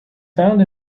found